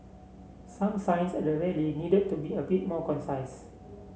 some signs at the rally needed to be a bit more concise